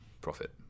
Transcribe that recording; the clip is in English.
profit